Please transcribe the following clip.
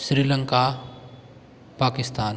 Sri Lanka Pakistan